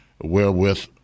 wherewith